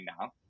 now